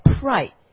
right